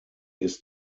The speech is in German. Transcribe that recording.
ist